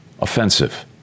offensive